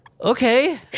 okay